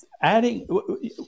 Adding